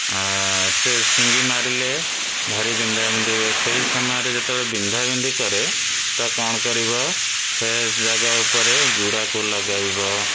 ସେ ସିଙ୍ଗି ମାରିଲେ ଭାରି ବିନ୍ଧାବିନ୍ଧି ହୁଏ ସେହି ସମୟରେ ଯେତେବେଳେ ବିନ୍ଧାବିନ୍ଧି କରେ ତ କ'ଣ କରିବ ସେ ଜାଗା ଉପରେ ଗୁଡ଼ାକୁ ଲଗାଇବ